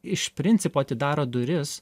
iš principo atidaro duris